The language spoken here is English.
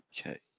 Okay